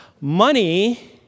Money